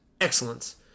excellence